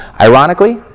Ironically